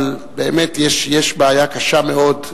אבל באמת יש בעיה קשה מאוד,